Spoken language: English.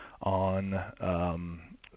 on